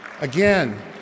again